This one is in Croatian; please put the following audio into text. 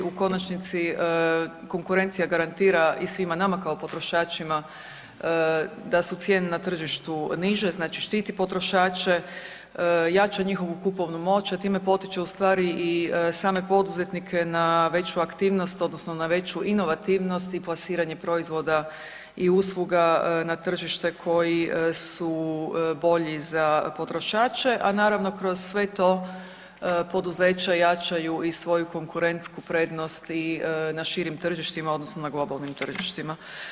U konačnici konkurencija garantira i svima nama kao potrošačima da su cijene na tržištu niže, znači štiti potrošače, jača njihovu kupovnu moć, a time potiče ustvari i same poduzetnike na veću aktivnost odnosno na veću inovativnost i plasiranje proizvoda i usluga na tržište koji su bolji za potrošače, a naravno kroz sve to poduzeća jačaju i svoju konkurentsku prednost i na širim tržištima odnosno na globalnim tržištima.